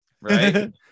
right